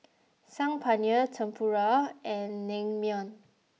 Saag Paneer Tempura and Naengmyeon